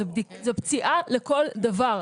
זו פציעה לכל דבר.